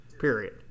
Period